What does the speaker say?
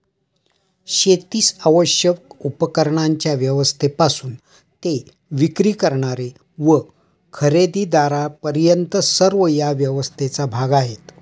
शेतीस आवश्यक उपकरणांच्या व्यवस्थेपासून ते विक्री करणारे व खरेदीदारांपर्यंत सर्व या व्यवस्थेचा भाग आहेत